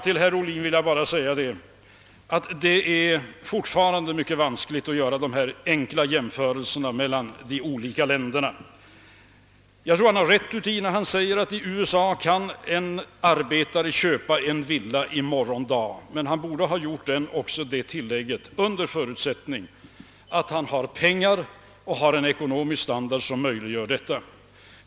Till herr Ohlin vill jag endast säga att det fortfarande är mycket vanskligt att göra dessa enkla jämförelser mellan olika länder. Jag tror att han har rätt när han säger att i USA kan en arbetare köpa en villa i morgon dag. Men han borde ha tillagt: under förutsättning att han har pengar och har en ekonomisk standard som möjliggör detta.